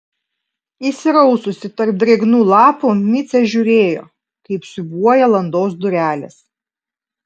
įsiraususi tarp drėgnų lapų micė žiūrėjo kaip siūbuoja landos durelės